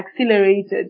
accelerated